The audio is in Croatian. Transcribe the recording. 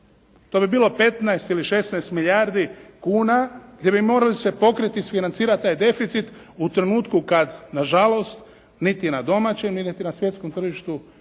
To bi bilo 15 ili 16 milijardi kuna gdje bi morali se pokrit i isfinancirat taj deficit u trenutku kad nažalost niti na domaćem niti na svjetskom tržištu